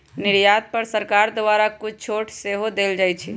निर्यात पर सरकार द्वारा कुछ छूट सेहो देल जाइ छै